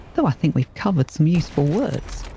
though i think we've covered some useful words.